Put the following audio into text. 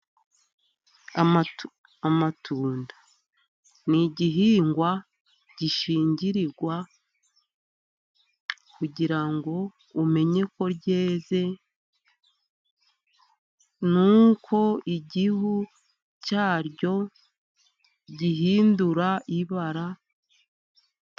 Amatunda ni igihingwa gishingirirwa, kugira ngo umenye ko ryeze, ni uko igihu cya ryo gihindura ibara.